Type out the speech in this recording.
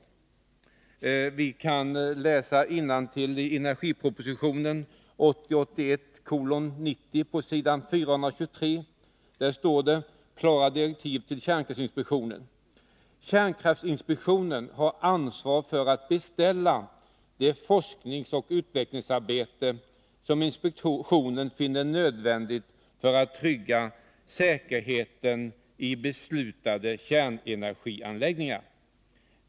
8 Vi kan läsa innantill i energipropositionen 1980/81:90 på s. 423. Där står följande klara direktiv till kärnkraftinspektionen: ”Statens kärnkraftinspektion har ansvar för att beställa det forskningsoch utvecklingsarbete som inspektionen finner nödvändigt för att trygga säkerheten i beslutade kärnenergianläggningar.